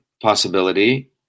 possibility